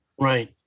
Right